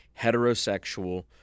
heterosexual